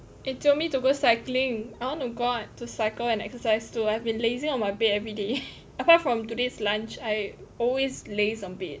eh jio me to go cycling I want to go out to cycle and exercise too I've been lazing on my bed everyday apart from today's lunch I always laze on bed